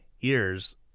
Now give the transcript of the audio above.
ears